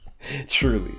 Truly